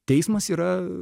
teismas yra